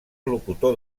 locutor